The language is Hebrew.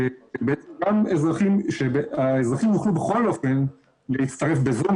שאזרחים יוכלו בכל אופן להצטרף בזום,